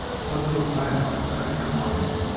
some little plan like that in your mind?